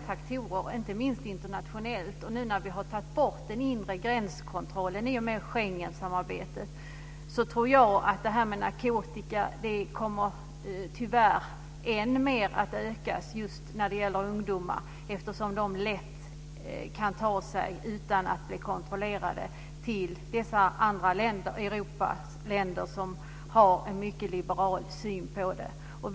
faktorer som spelar in, inte minst internationellt. Nu när vi har tagit bort den inre gränskontrollen i och med Schengensamarbetet tror jag att det här med narkotika tyvärr kommer att öka ännu mer bland ungdomar. De kan lätt utan att bli kontrollerade ta sig till andra länder i Europa som har en mycket liberal syn på narkotika.